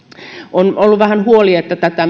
on ollut vähän huoli että tätä